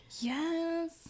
Yes